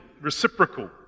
reciprocal